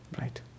Right